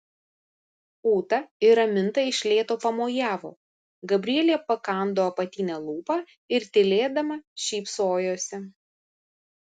ūta ir raminta iš lėto pamojavo gabrielė pakando apatinę lūpą ir tylėdama šypsojosi